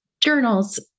journals